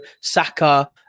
Saka